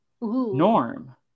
Norm